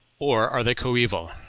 or are they coeval.